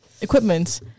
equipment